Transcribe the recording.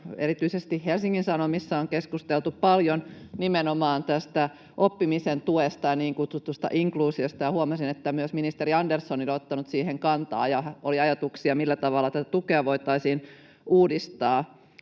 erityisesti Helsingin Sanomissa on keskusteltu paljon nimenomaan oppimisen tuesta ja niin kutsutusta inkluusiosta. Huomasin, että myös ministeri Andersson oli ottanut siihen kantaa ja oli ajatuksia, millä tavalla tätä tukea voitaisiin uudistaa.